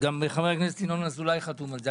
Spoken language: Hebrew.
וגם חבר הכנסת ינון אזולאי חתום על זה.